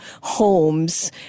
homes